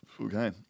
Okay